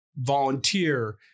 volunteer